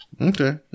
okay